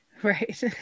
Right